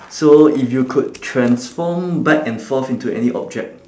so if you could transform back and forth into any object